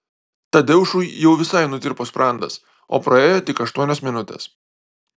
tadeušui jau visai nutirpo sprandas o praėjo tik aštuonios minutės